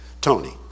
tony